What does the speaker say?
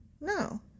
No